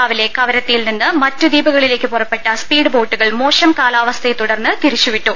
രാവിലെ കവറത്തി യിൽ നിന്ന് മറ്റ് ദ്വീപുകളിലേക്ക് പുറപ്പെട്ട സ്പീഡ് ബോട്ടുകൾ മോശം കാലാവസ്ഥയെ തുടർന്ന് തിരിച്ചുവിട്ടു